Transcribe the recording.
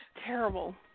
Terrible